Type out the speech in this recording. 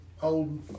old